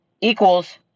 Equals